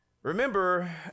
Remember